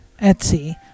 Etsy